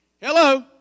Hello